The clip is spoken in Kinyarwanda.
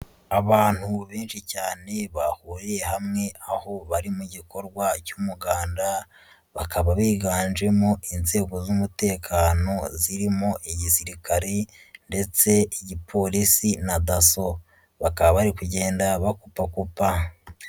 Abantu benshi cyane bahuriye hamwe aho bari mu gikorwa cy'umuganda, bakaba biganjemo inzego z'umutekano, zirimo igisirikare ndetse n'igipolisi na daso, bakaba bari kugenda bakupa kupa.